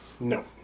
No